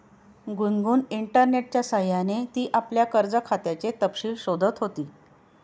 गुनगुन इंटरनेटच्या सह्याने ती आपल्या कर्ज खात्याचे तपशील शोधत होती